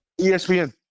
ESPN